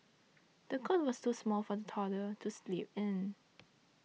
the cot was too small for the toddler to sleep in